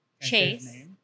Chase